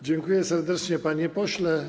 Dziękuję serdecznie, panie pośle.